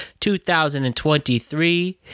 2023